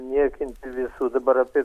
niekinti visų dabar apie